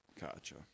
Gotcha